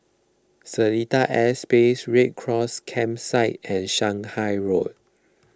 Seletar Aerospace Red Cross Campsite and Shanghai Road